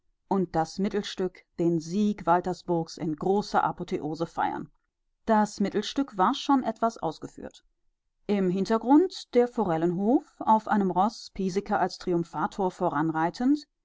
und das mittelstück den sieg waltersburgs in großer apotheose feiern das mittelstück war schon etwas ausgeführt im hintergrund der forellenhof auf einem roß piesecke als triumphator voranreitend